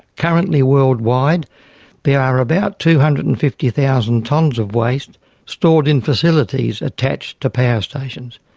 currently worldwide there are about two hundred and fifty thousand tonnes of waste stored in facilities attached to power stations.